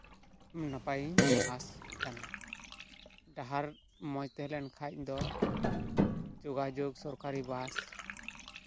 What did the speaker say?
ᱱᱟᱯᱟᱭᱤᱧ ᱟᱥ ᱠᱟᱱᱟ ᱰᱟᱦᱟᱨ ᱢᱚᱡᱽ ᱛᱟᱦᱮᱸ ᱞᱮᱱ ᱠᱷᱟᱡ ᱫᱚ ᱡᱳᱜᱟᱡᱳᱜᱽ ᱥᱚᱨᱠᱟᱨᱤ ᱵᱟᱥ